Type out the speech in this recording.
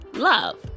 love